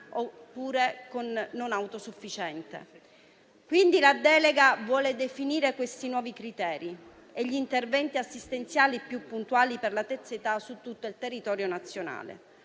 oppure non autosufficiente. La delega vuole definire questi nuovi criteri e gli interventi assistenziali più puntuali per la terza età su tutto il territorio nazionale.